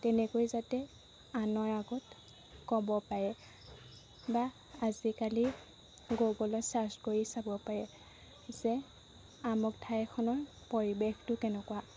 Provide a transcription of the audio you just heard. তেনেকৈ যাতে আনৰ আগত ক'ব পাৰে বা আজিকালি গুগলত ছাৰ্চ কৰি চাব পাৰে যে আমুক ঠাইখনৰ পৰিৱেশটো কেনেকুৱা